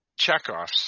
checkoffs